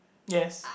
yes